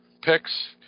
picks